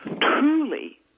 truly